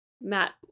Matt